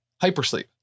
hypersleep